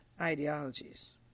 ideologies